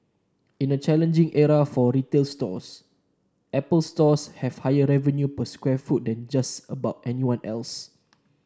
in a challenging era for retail stores Apple Stores have higher revenue per square foot than just about anyone else